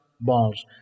balls